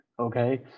Okay